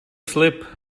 slib